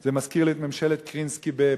זה מזכיר לי את ממשלת קרנסקי ברוסיה,